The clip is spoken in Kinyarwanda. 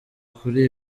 kuri